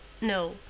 No